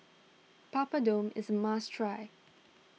Papadum is a must try